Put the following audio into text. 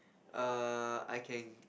err I can